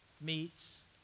meets